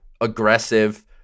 aggressive